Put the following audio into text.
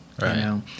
Right